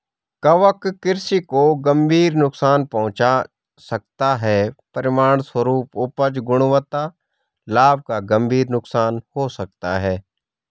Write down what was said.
कवक कृषि को गंभीर नुकसान पहुंचा सकता है, परिणामस्वरूप उपज, गुणवत्ता, लाभ का गंभीर नुकसान हो सकता है